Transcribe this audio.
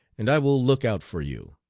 and i will look out for you.